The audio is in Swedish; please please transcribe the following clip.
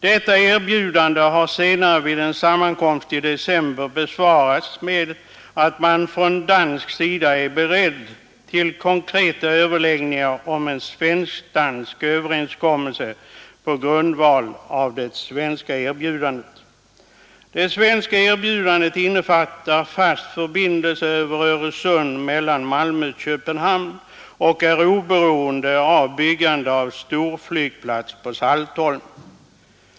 Detta erbjudande har senare, vid sammankomst i december, besvarats med att man från dansk sida är beredd till konkreta överläggningar om en svensk-dansk överenskommelse på grundval av det svenska erbjudandet. Det svenska erbjudandet innefattar fast förbindelse över Öresund mellan Malmö och Köpenhamn och är oberoende av byggande av storflygplats på Saltholm.